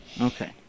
Okay